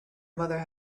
mother